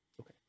Okay